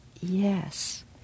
yes